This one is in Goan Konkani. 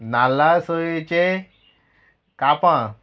नाल्ला सोयेचें कापां